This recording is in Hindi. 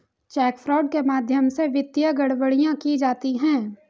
चेक फ्रॉड के माध्यम से वित्तीय गड़बड़ियां की जाती हैं